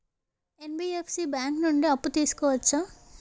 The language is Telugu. ఎన్.బి.ఎఫ్.సి బ్యాంక్ నుండి అప్పు తీసుకోవచ్చా?